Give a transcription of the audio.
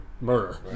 murder